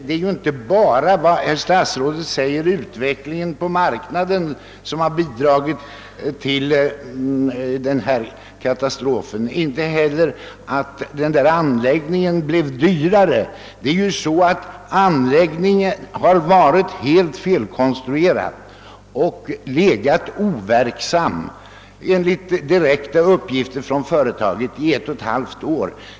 Det är ju inte bara utvecklingen på marknaden — vilken herr statsrådet talar om — som har bidragit till denna katastrof. Inte heller är det bara så, att anläggningen blev dyrare än beräknat. Nej, anläggningen har varit helt felkonstruerad och legat overksam — enligt direkta uppgifter från företaget — i ett och ett halvt år.